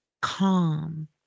calm